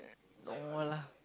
no lah